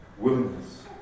willingness